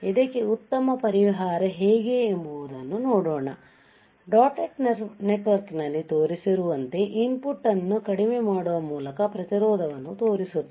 ಇದಕ್ಕೆ ಉತ್ತಮ ಪರಿಹಾರ ಹೇಗೆ ಎಂಬುದನ್ನು ನೋಡೋಣ ಡೊಟ್ಟೆಡ್ ನೆಟ್ವರ್ಕ್ನಲ್ಲಿ ತೋರಿಸಿರುವಂತೆ ಇನ್ಪುಟ್ ಅನ್ನು ಕಡಿಮೆ ಮಾಡುವ ಮೂಲಕ ಪ್ರತಿರೋಧವನ್ನು ತೋರಿಸುತ್ತದೆ